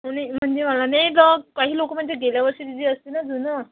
नाही म्हणजे मला नाही गं काही लोक म्हणजे गेल्या वर्षीचं जे असतं ना जुनं